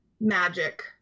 magic